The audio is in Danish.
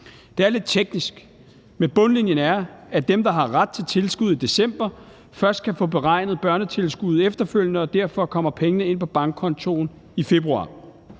Det er lidt teknisk, men bundlinjen er, at dem, der har ret til tilskuddet i december, først kan få beregnet børnetilskuddet efterfølgende, og derfor kommer pengene ind på bankkontoen i februar.